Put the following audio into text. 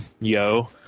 yo